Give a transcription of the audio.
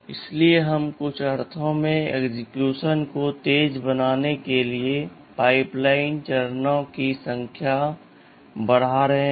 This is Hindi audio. इसलिए हम कुछ अर्थों में एक्सेक्यूशन को तेज बनाने के लिए पाइपलाइन चरणों की संख्या बढ़ा रहे हैं